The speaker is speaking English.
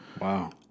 wow